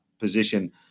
position